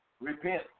repent